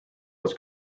was